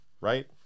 right